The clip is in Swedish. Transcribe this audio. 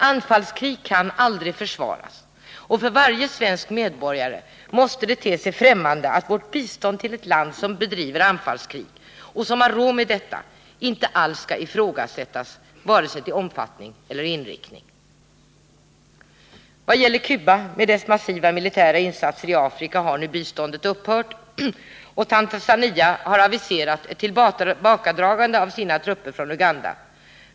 Anfallskrig kan aldrig försvaras, och för varje svensk medborgare måste det te sig främmande att vårt bistånd till ett land som bedriver anfallskrig och som har råd med detta inte alls skall ifrågasättas vare sig till omfattning eller inriktning. När det gäller Cuba med dess massiva militära insatser i Afrika har nu biståndet upphört. Tanzania har aviserat ett tillbakadragande av sina trupper från Uganda.